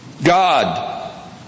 God